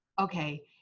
okay